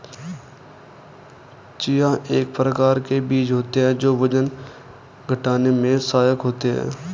chia एक प्रकार के बीज होते हैं जो वजन घटाने में सहायक होते हैं